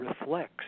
reflects